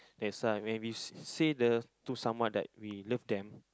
that's why when we s~ say the to someone like we love them